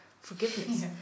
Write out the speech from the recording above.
forgiveness